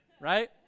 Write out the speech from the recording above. Right